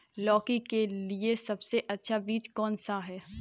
लौकी के लिए सबसे अच्छा बीज कौन सा है?